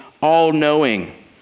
all-knowing